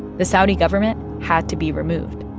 the saudi government had to be removed.